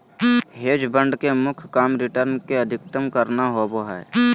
hedge fund के मुख्य काम रिटर्न के अधीकतम करना होबो हय